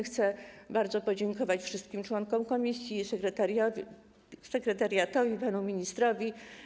Chcę bardzo podziękować wszystkim członkom komisji, sekretariatowi, panu ministrowi.